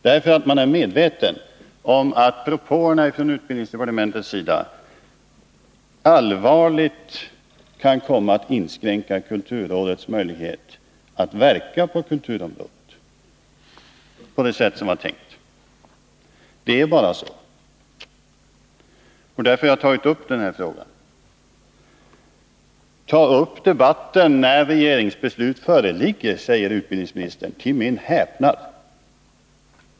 De är medvetna om att propåerna från utbildningsdepartementet allvarligt kan inskränka kulturrådets möjligheter att verka på kulturområdet på det sätt som var tänkt. Det är bara så. Därför har jag tagit upp denna fråga. Ta upp debatten när regeringsbeslut föreligger, säger utbildningsministern till min häpnad.